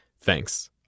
Thanks